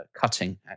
cutting